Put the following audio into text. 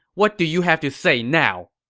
what do you have to say now!